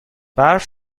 برف